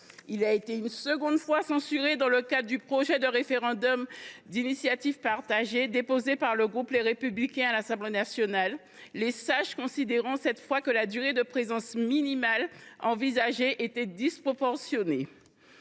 Il a été une seconde fois censuré dans le cadre du projet de référendum d’initiative partagée, déposé par le groupe Les Républicains à l’Assemblée nationale, les sages considérant cette fois que la durée de présence minimale envisagée était « disproportionnée